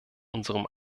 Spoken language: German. unserem